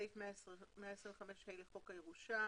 סעיף 125ה לחוק הירושה.